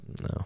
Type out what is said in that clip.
No